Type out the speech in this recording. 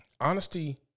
Honesty